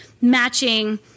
matching